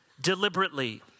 deliberately